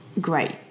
great